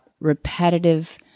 repetitive